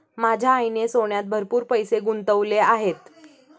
माझ्या आईने सोन्यात भरपूर पैसे गुंतवले आहेत